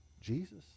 Jesus